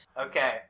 Okay